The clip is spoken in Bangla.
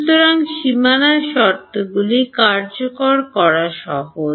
সুতরাং সীমানা শর্তগুলি কার্যকর করা সহজ